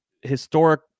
historic